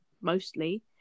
mostly